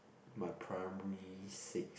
my primary six